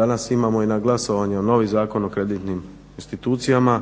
Danas imamo i na glasovanju novi Zakon o kreditnim institucijama,